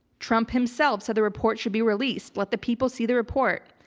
trump himself, said the report should be released. let the people see the report.